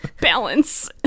Balance